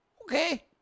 okay